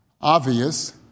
obvious